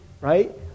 right